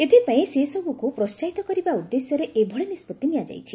ଏଥିପାଇଁ ସେସବୁକୁ ପ୍ରୋସାହିତ କରିବା ଉଦ୍ଦେଶ୍ୟରେ ଏଭଳି ନିଷ୍ପତ୍ତି ନିଆଯାଇଛି